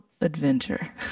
adventure